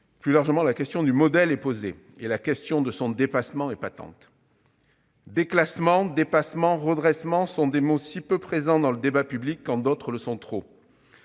Plus largement, la question du modèle est posée et la question de son dépassement, patente. Déclassement, dépassement, redressement sont des mots si peu présents dans le débat public, quand d'autres le sont trop